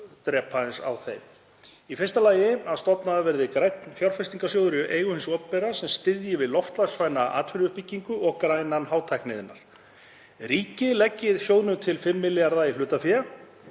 drepa aðeins á þær. Í fyrsta lagi að stofnaður verði grænn fjárfestingarsjóður í eigu hins opinbera sem styðji við loftslagsvæna atvinnuuppbyggingu og grænan hátækniiðnað. Ríkið leggi sjóðnum til 5 milljarða kr. í hlutafé.